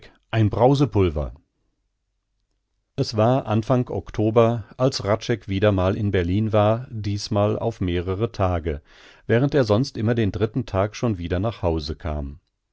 ein brausepulver es war anfang oktober als hradscheck wieder mal in berlin war diesmal auf mehrere tage während er sonst immer den dritten tag schon wieder nach hause kam